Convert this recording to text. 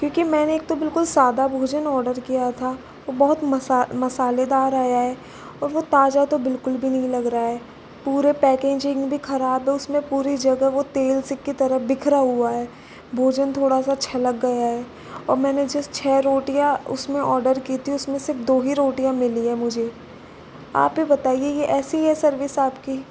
क्योंकि मैंने एक तो बिल्कुल सादा भोजन ऑर्डर किया था वो बहुत मसा मसालेदार आया है और वह ताज़ा तो बिल्कुल भी नहीं लग रहा है पूरे पैकिजिंग भी ख़राब है उसमें पूरी जगह वो तेल से की तरह बिखरा हुआ है भोजन थोड़ा सा छलक गया है और मैंने जिस छः रोटियाँ उसमें ऑर्डर की थी उसमें सिर्फ दो ही रोटियाँ मिली है मुझे आप ही बताइये यह ऐसी है सर्विस आपकी